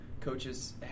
coaches